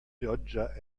pioggia